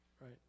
right